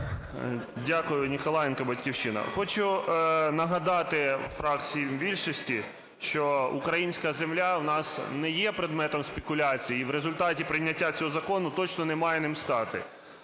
Дякую. Ніколаєнко, "Батьківщина". Хочу нагадати фракції більшості, що українська земля у нас не є предметом спекуляції, і в результаті прийняття цього закону точно не має ним стати.